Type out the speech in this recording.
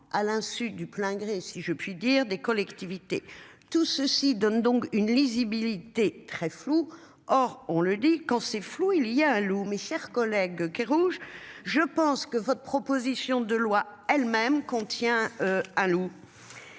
à l'insu du plein gré si je puis dire des collectivités. Tout ceci donne donc une lisibilité très flou. Or, on le dit, quand c'est flou, il y a un loup. Mes chers collègues. Kerrouche. Je pense que votre proposition de loi elles-mêmes contient Alou.